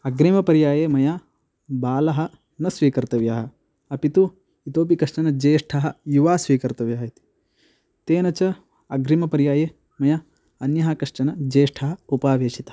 अग्रिमपर्याये मया बालः न स्वीकर्तव्यः अपि तु इतोपि कश्चन ज्येष्ठः वा स्वीकर्तव्यः इति तेन च अग्रिमपर्याये मया अन्यः कश्चन ज्येष्ठः उपावेशितः